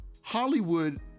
Hollywood